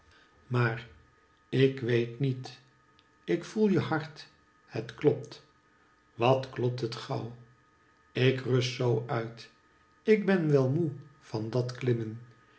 maar ik weet niet ik voel je hart het klopt wat klopt het gauw ik rust zoo uit ik ben wel moe van dat klimmen